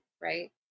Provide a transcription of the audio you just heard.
right